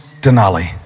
Denali